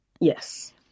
Yes